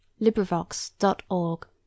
LibriVox.org